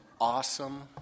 awesome